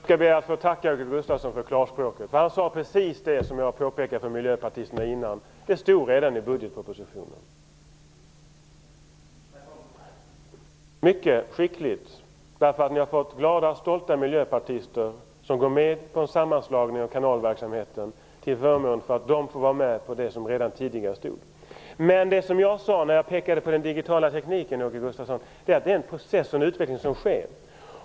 Herr talman! Jag skall be att få tacka Åke Gustavsson för klarspråket. Han sade precis det som jag påpekade för miljöpartisterna innan: Det stod redan i budgetpropositionen. Det är mycket skickligt. Ni har fått glada stolta miljöpartister att gå med på en sammanslagning av kanalverksamheten i utbyte mot att de får vara med på det som redan tidigare stod i budgetpropositionen. Det som jag sade när jag pekade på frågan om den digitala tekniken, Åke Gustavsson, var att det är en process och en utveckling som sker.